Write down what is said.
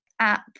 app